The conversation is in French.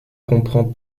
comprend